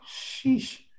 sheesh